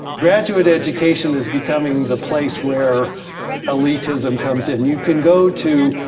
graduate education is becoming the place where elitism comes in. you can go to,